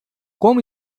como